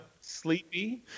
sleepy